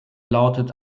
lautet